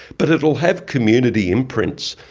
but it will have community imprints,